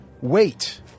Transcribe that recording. Wait